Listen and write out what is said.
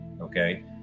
okay